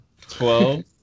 Twelve